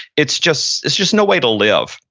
it's just it's just no way to live.